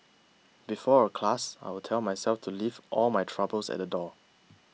before a class I will tell myself to leave all my troubles at the door